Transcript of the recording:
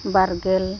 ᱵᱟᱨ ᱜᱮᱞ